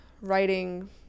writing